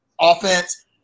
offense